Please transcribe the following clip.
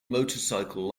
motorcycle